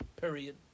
Period